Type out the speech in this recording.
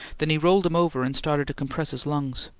then he rolled him over and started to compress his lungs.